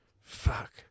Fuck